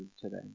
today